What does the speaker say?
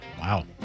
Wow